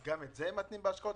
גם את זה הם מתנים בהשקעות?